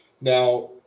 Now